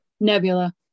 Nebula